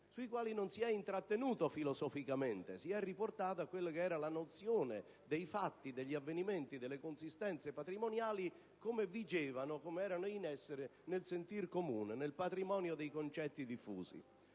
sui quali non si è intrattenuto filosoficamente, riportandosi alla nozione dei fatti, degli avvenimenti, delle consistenze patrimoniali come vigevano ed erano in essere nel sentire comune, nel patrimonio dei concetti diffusi.